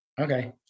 Okay